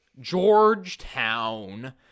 Georgetown